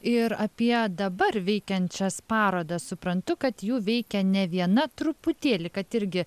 ir apie dabar veikiančias parodas suprantu kad jų veikia ne viena truputėlį kad irgi